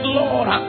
lord